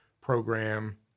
program